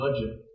budget